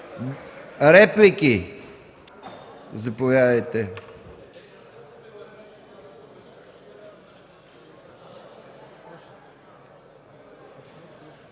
Реплики? Заповядайте.